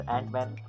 Ant-Man